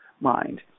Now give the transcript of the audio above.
mind